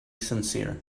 sincere